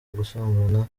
gusambana